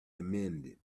amended